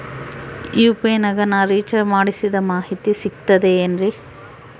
UPI ನಾಗ ನಾ recharge ಮಾಡಿಸಿದ ಮಾಹಿತಿ ಸಿಕ್ತದೆ ಏನ್ರಿ?